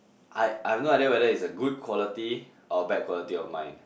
I I have no idea whether it's a good quality or bad quality of mine